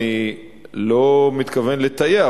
אני לא מתכוון לטייח,